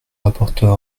rapporteur